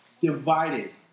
divided